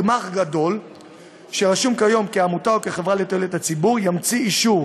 גמ"ח גדול שרשום כיום כעמותה או כחברה לתועלת הציבור ימציא אישור